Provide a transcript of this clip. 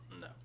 No